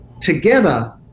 Together